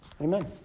Amen